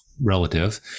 relative